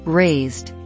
raised